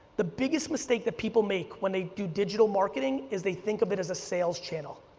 the biggest mistake that people make when they do digital marketing is they think of it as a sales channel.